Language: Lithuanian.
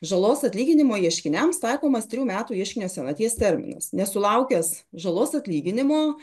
žalos atlyginimo ieškiniams taikomas trijų metų ieškinio senaties terminas nesulaukęs žalos atlyginimo